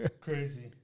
Crazy